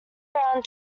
bound